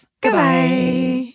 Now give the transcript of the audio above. Goodbye